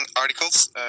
articles